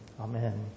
Amen